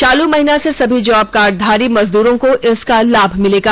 चालू महीना से सभी जॉब कार्ड धारी मजदूरों को इसका लाभ मिलेगा